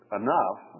enough